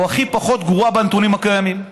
או הכי פחות גרועה, בנתונים הקיימים.